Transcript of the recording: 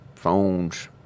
phones